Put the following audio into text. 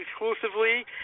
exclusively